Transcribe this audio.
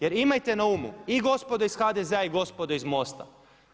Jer imajte na umu i gospodo iz HDZ-a i gospodo iz MOST-a.